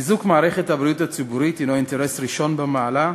חיזוק מערכת הבריאות הציבורית הוא אינטרס ראשון במעלה,